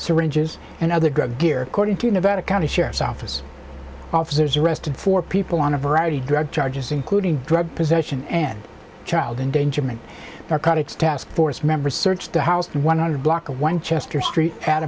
syringes and other drug gear according to nevada county sheriff's office officers arrested four people on a variety of drug charges including drug possession and child endangerment or critics task force member searched the house one hundred block of one chester street at